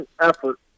effort